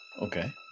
Okay